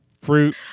fruit